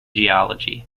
geology